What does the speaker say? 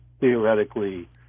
theoretically